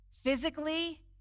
physically